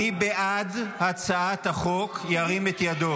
מי שבעד הצעת החוק ירים את ידו.